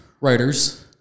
writers